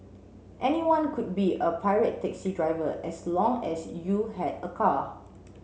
anyone could be a pirate taxi driver as long as you had a car